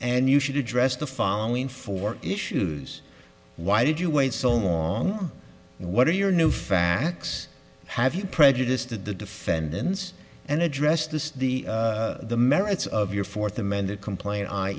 and you should address the following four issues why did you wait so long what are your new facts have you prejudice did the defendants and address this the the merits of your fourth amended complaint i